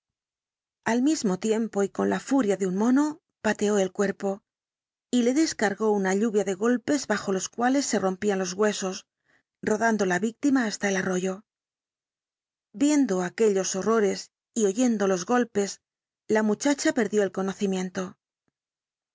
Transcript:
al mismo tiempo y con la furia de un mono pateó el cuerpo y le descargó una lluvia de golpes bajo los cuales se rompían los huesos rodando la víctima hasta el arroyo viendo aquellos horrores y oyendo los golpes la muchacha perdió el conocimiento